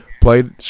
played